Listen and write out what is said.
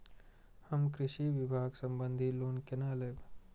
हम कृषि विभाग संबंधी लोन केना लैब?